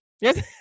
Yes